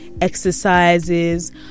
exercises